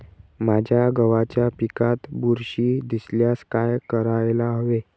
माझ्या गव्हाच्या पिकात बुरशी दिसल्यास काय करायला हवे?